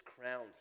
crowned